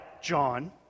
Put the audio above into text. John